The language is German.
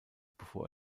bevor